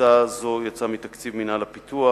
הקצאה זו יצאה מתקציב מינהל הפיתוח,